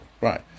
Right